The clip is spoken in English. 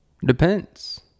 depends